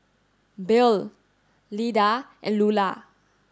Bill Lyda and Lulah